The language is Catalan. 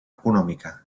econòmica